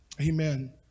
Amen